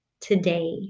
today